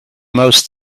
most